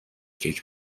کیک